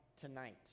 tonight